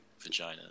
vagina